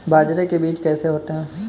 बाजरे के बीज कैसे होते हैं?